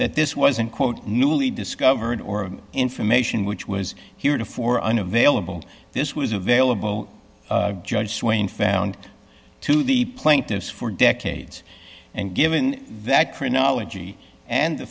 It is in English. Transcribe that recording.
that this wasn't quote newly discovered or information which was heretofore unavailable this was available judge swain found to the plaintiffs for decades and given that chronology and the